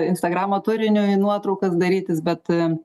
instagramo turiniui nuotraukas darytis bet